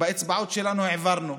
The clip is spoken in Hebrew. באצבעות שלנו העברנו.